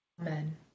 Amen